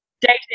dating